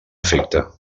efecte